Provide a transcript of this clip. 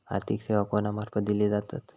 आर्थिक सेवा कोणा मार्फत दिले जातत?